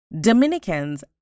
dominicans